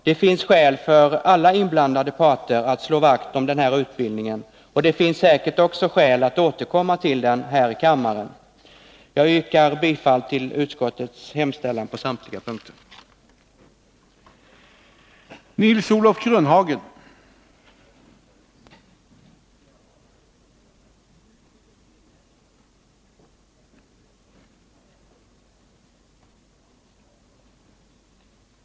Det finns skäl för alla inblandade parter att slå vakt om den här utbildningen, och det finns säkert också skäl att återkomma till den här i kammaren. Nr 175 Jag yrkar bifall till utskottets hemställan på samtliga punkter. Fredagen den